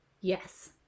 yes